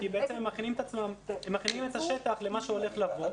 כי בעצם הם מכינים את השטח למה שהולך לבוא,